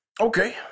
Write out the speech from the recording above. Okay